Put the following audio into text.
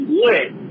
lit